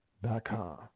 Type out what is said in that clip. Dot-com